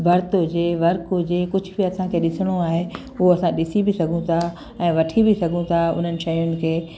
berth हुजे work हुजे कुझु बि असांखे ॾिसिणो आहे उहो असां ॾिसी बि सघूं था ऐं वठी बि सघूं था उन्हनि शयुनि खे